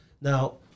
Now